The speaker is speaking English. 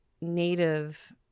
native